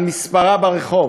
על מספרה ברחוב.